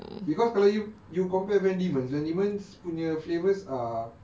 because kalau you you compare van diemen's van diemen's punya flavours are